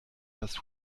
dass